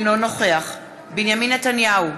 אינו נוכח בנימין נתניהו,